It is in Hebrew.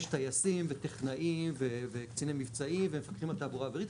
יש טייסים וטכנאים וקציני מבצעים ומפקחים על תעבורה אווירית,